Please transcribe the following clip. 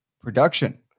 production